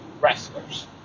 wrestlers